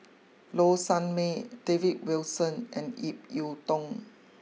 Low Sanmay David Wilson and Ip Yiu Tung